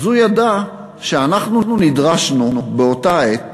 אז הוא ידע שאנחנו נדרשנו באותה העת